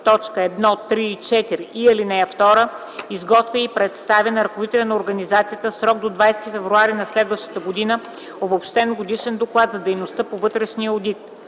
т. 1, 3 и 4 и ал. 2 изготвя и представя на ръководителя на организацията в срок до 20 февруари на следващата година обобщен годишен доклад за дейността по вътрешия одит”.